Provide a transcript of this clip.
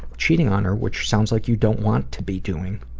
cheating on her which sounds like you don't want to be doing,